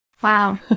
Wow